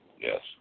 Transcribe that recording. Yes